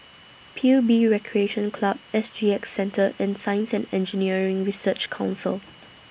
P U B Recreation Club S G X Centre and Science and Engineering Research Council